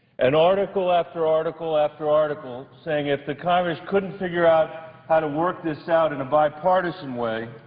and article after article after article, saying if the congress couldn't figure out how to work this out in a bipartisan way,